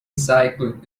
cycling